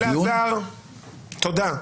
אלעזר, תודה.